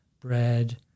bread